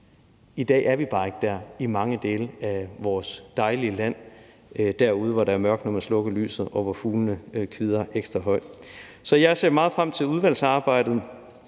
I dag er vi bare ikke der i mange dele af vores dejlige land, altså derude, hvor der er mørkt, når man slukker lyset, og hvor fuglene kvidrer ekstra højt. Så jeg ser meget frem til udvalgsarbejdet.